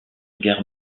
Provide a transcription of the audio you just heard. guerre